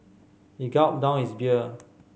he gulped down his beer